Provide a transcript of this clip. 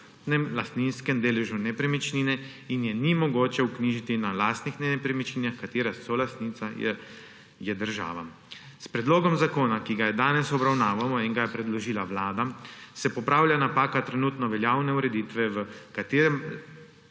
le na celotnem lastninskem deležu nepremičnine in je ni mogoče vknjižiti na lastnih nepremičninah, katerih solastnica je država. S predlogom zakona, ki ga danes obravnavamo in ga je predložila Vlada, se popravlja napaka trenutno veljavne ureditve, v kateri